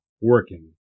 working